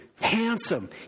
handsome